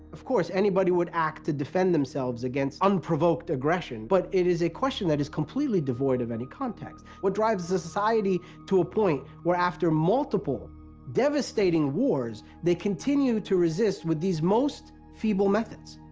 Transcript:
of course, anybody would act to defend themselves against unprovoked aggression. but it is a question that is completely devoid of any context. what drives a society to a point where after multiple devastating wars they continue to resist with these most feeble methods?